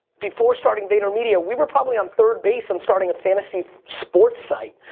before starting vaynermedia we were probably on third base on starting a fantasy sports site,